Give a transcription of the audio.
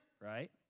right